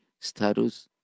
status